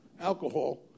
alcohol